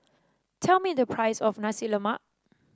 tell me the price of Nasi Lemak